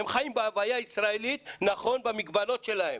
הם חיים בהוויה הישראלית, נכון, במגבלות שלהם.